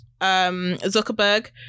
Zuckerberg